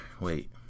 wait